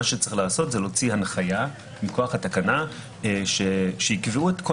צריך להוציא הנחייה מכוח התקנה שתקבע את כל